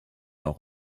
leur